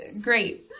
great